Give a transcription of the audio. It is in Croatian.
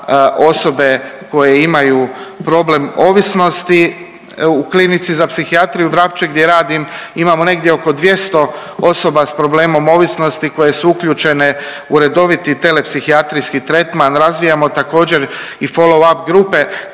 osobe koje imaju problem ovisnosti. U Klinici za psihijatriju Vrapče gdje radim imamo negdje oko 200 osoba s problemom ovisnosti koje su uključene u redoviti telepshijatrijski tretman. Razvijamo također i follow up grupe.